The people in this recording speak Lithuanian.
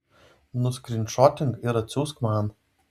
nuskrynšotink ir atsiųsk man